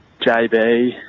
JB